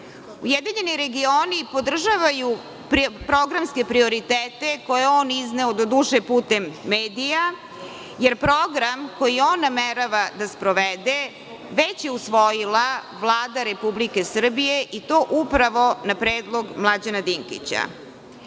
Ujedinjeni regioni podržavaju programske prioritete koje je on izneo, do duše putem medija, jer program koji on namerava da sprovede već je usvojila Vlada Republike Srbije i to upravo na predlog Mlađana Dinkića. Iskreno